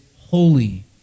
holy